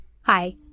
Hi